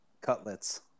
Cutlets